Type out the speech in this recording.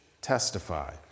testify